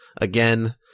again